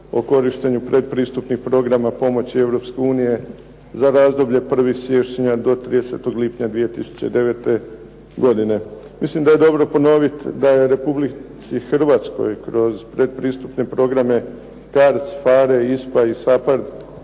o korištenju pretpristupnih programa pomoći Europske unije za razdoblje 1. siječnja do 30. lipnja 2009. godine. Mislim da je dobro ponoviti da je Republici Hrvatskoj kroz pretpristupne programe CARDS, PHARE, ISPA i SAPARD